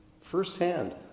firsthand